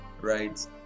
right